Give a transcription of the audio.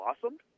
blossomed